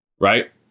right